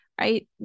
right